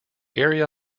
area